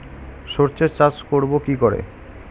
সর্ষে চাষ করব কি করে?